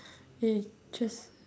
eh just